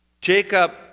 Jacob